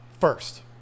first